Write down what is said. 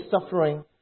suffering